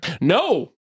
No